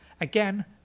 again